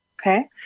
okay